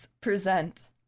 present